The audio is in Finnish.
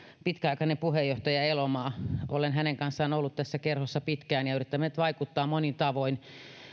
pitkäaikainen puheenjohtaja elomaa olen hänen kanssaan ollut tässä kerhossa pitkään ja olemme yrittäneet vaikuttaa monin tavoin